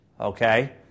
Okay